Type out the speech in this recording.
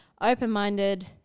open-minded